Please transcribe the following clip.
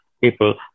people